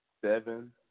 seven